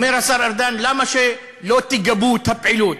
אומר השר ארדן, למה שלא תגבו את הפעילות?